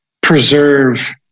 preserve